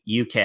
UK